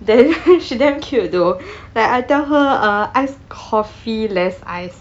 then she damn cute though like I tell her uh ice coffee less ice